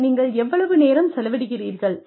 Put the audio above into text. மேலும் நீங்கள் எவ்வளவு நேரம் செலவிடுவீர்கள்